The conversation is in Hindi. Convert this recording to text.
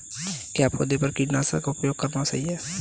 क्या पौधों पर कीटनाशक का उपयोग करना सही है?